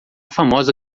famosa